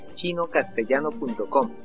chinocastellano.com